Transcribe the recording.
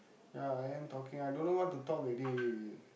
ya I am talking I don't know what to talk already